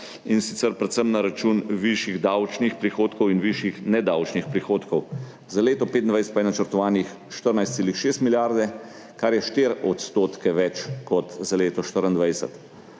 in sicer predvsem na račun višjih davčnih prihodkov in višjih nedavčnih prihodkov, za leto 2025 pa je načrtovane 14,6 milijarde, kar je 4 % več kot za leto 2024.